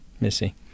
Missy